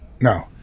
No